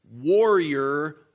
warrior